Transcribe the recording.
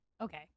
Okay